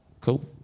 Cool